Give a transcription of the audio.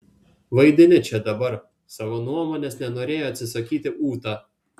vaidini čia dabar savo nuomonės nenorėjo atsisakyti ūta